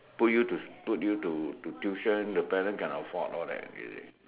put you to put you to tuition the parent can afford all that you see